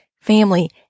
family